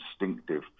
instinctive